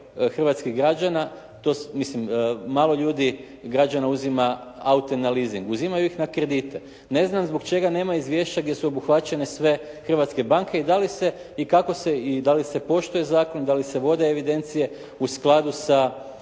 hrvatskih građana, mislim, malo ljudi, građana uzima aute na leasing, uzimaju ih na kredite. Ne znam zbog čega nema izvješća gdje su obuhvaćene sve hrvatske banke i da li se i kako se, i da li se poštuje zakon, da li se vode evidencije u skladu sa zakonom